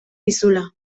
dizula